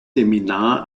seminar